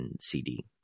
CD